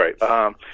right